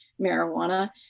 marijuana